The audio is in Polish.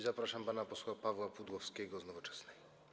Zapraszam pana posła Pawła Pudłowskiego z Nowoczesnej.